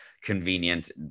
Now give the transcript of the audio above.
convenient